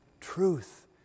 truth